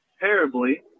Terribly